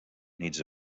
needs